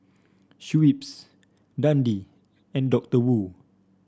Schweppes Dundee and Doctor Wu